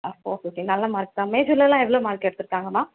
அப்போது okay okay நல்ல mark தான் மேஜரில் எல்லாம் எவ்வளோ மார்க் எடுத்திருக்காங்கம்மா